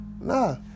nah